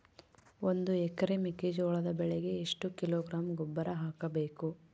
ಒಂದು ಎಕರೆ ಮೆಕ್ಕೆಜೋಳದ ಬೆಳೆಗೆ ಎಷ್ಟು ಕಿಲೋಗ್ರಾಂ ಗೊಬ್ಬರ ಹಾಕಬೇಕು?